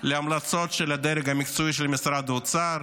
להמלצות של הדרג המקצועי במשרד האוצר,